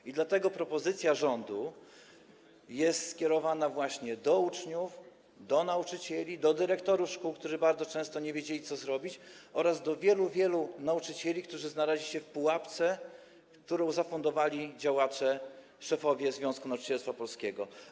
I dlatego propozycja rządu jest skierowana właśnie do uczniów, do nauczycieli, do dyrektorów szkół, którzy bardzo często nie wiedzieli, co zrobić, oraz do wielu, wielu nauczycieli, którzy znaleźli się w pułapce, jaką im zafundowali działacze, szefowie Związku Nauczycielstwa Polskiego.